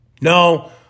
No